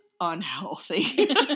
unhealthy